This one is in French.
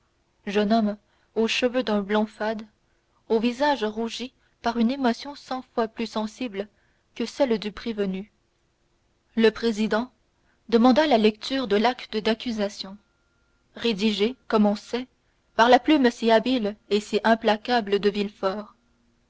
jeune homme aux cheveux d'un blond fade au visage rougi par une émotion cent fois plus sensible que celle du prévenu le président demanda la lecture de l'acte d'accusation rédigé comme on sait par la plume si habile et si implacable de